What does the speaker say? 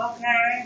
Okay